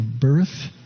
birth